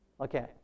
Okay